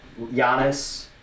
Giannis